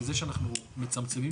מזה שאנחנו מצמצמים,